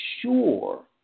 sure